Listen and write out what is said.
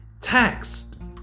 taxed